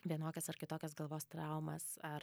vienokias ar kitokias galvos traumas ar